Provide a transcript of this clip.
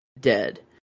dead